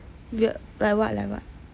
weird like what like what like what